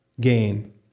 gain